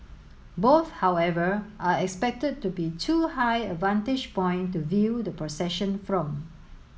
both however are expected to be too high a vantage point to view the procession from